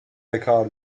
بکار